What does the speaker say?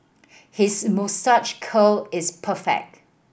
his moustache curl is perfect